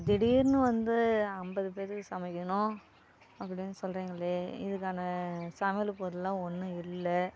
திடிர்னு வந்து ஐம்பது பேத்துக்கு சமைக்கணும் அப்படின்னு சொல்கிறிங்களே இதுக்கான சமையல் பொருளுலாம் ஒன்றும் இல்லை